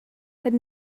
had